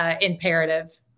imperative